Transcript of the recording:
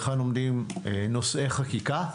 היכן עומדים נושאי החקיקה,